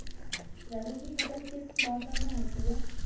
रबी की फसल किस मौसम में होती है?